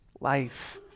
life